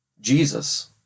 Jesus